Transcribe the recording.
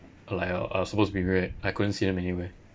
like I w~ I was supposed to be I couldn't see them anywhere